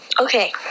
Okay